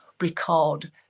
record